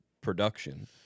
production